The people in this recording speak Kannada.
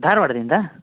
ಧಾರವಾಡದಿಂದ